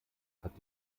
hat